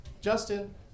Justin